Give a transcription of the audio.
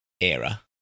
era